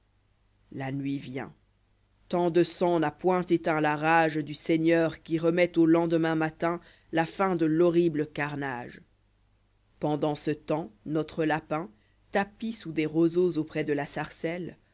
la nuit vient tant dé sang n'a point éteint ta rag du seigneur qui remet au lendemain matin la fin de l'horrible carnage pendant ce temps notre lapin tapi sous des roseaux auprès de la sarcelle